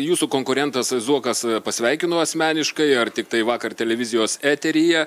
jūsų konkurentas zuokas pasveikino asmeniškai ar tiktai vakar televizijos eteryje